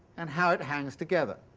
and how it hangs together.